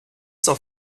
s’en